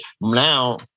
Now